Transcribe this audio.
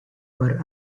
were